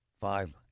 five